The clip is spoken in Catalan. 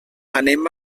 anem